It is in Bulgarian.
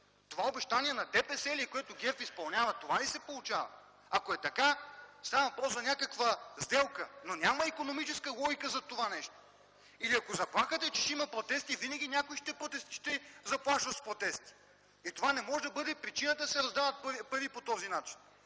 Това обещание на ДПС ли е, което ГЕРБ изпълнява – така ли се получава?! Ако е така, става въпрос за някаква сделка, но няма икономическа логика зад това нещо. Ако заплахата е, че ще има протести, винаги някой ще заплашва с протести. Това не може да е причината, да се раздават пари по този начин!